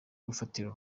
gufatira